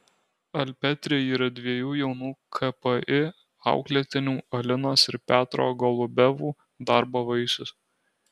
alpetri yra dviejų jaunų kpi auklėtinių alinos ir petro golubevų darbo vaisius